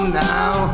now